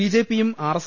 ബിജെ പിയും R S